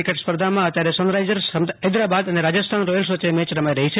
cricket સ્પર્ધામાં અત્યારે Sunrise Hyderabad અને રાજસ્થાન રોયલ્સ વચ્ચે મેચ રમાઈ રહો છે